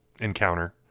encounter